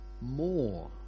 more